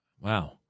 Wow